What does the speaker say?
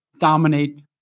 dominate